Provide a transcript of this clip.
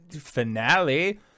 finale